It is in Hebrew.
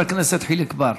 ואחריה, חבר הכנסת חיליק בר.